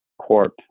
Corp